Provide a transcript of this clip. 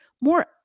more